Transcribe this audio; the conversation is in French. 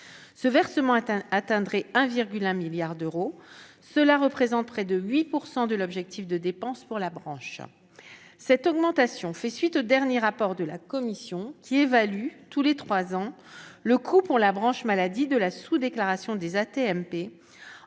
Ce versement atteindrait 1,1 milliard d'euros, ce qui représente près de 8 % de l'objectif de dépenses pour la branche ! Cette augmentation fait suite au dernier rapport de la commission qui évalue, tous les trois ans, le coût pour la branche maladie de la sous-déclaration des AT-MP,